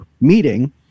meeting